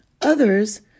Others